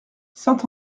saint